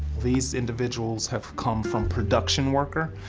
these individuals have come from production worker,